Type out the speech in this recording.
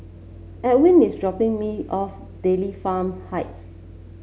Ewin is dropping me off Dairy Farm Heights